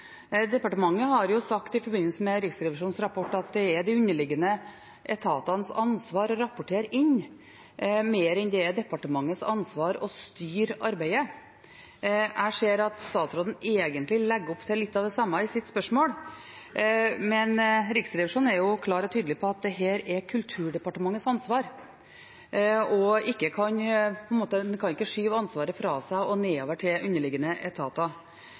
Departementet har sagt i forbindelse med Riksrevisjonens rapport at det er de underliggende etatenes ansvar å rapportere inn, mer enn det er departementets ansvar å styre arbeidet. Jeg ser at statsråden egentlig legger opp til litt av det samme i sitt svar, men Riksrevisjonen er klar og tydelig på at dette er Kulturdepartementets ansvar, og man kan ikke skyve ansvaret fra seg og nedover til underliggende etater.